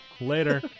Later